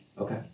Okay